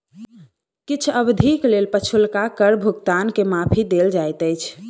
किछ अवधिक लेल पछुलका कर भुगतान के माफी देल जाइत अछि